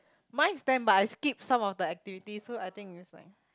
mine is ten but I skip some of the activity so I think is like